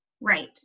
Right